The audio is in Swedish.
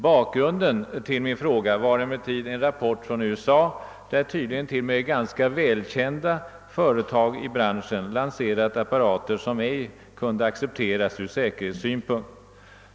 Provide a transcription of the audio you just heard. Bakgrunden till min fråga var emellertid en rapport från USA, där tydligen t.o.m. ganska välkända företag i branschen lanserat apparater, som icke kunde accepteras ur säkerhetssynpunkt.